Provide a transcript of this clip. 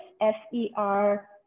F-E-R